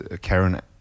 Karen